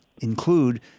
include